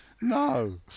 No